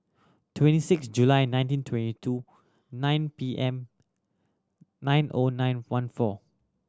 twenty six July nineteen twenty two nine P M nine O nine one four